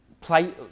play